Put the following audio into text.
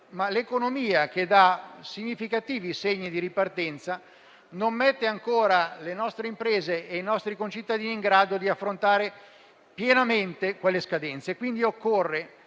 ma l'economia che dà significativi segni di ripartenza non mette ancora le nostre imprese e i nostri concittadini in grado di affrontare pienamente quelle scadenze. Occorre